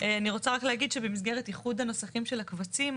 אני רוצה רק להגיד שבמסגרת איחוד הנוסחים של הקבצים,